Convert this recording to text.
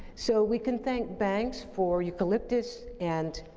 so, we can thank banks for eucalyptus and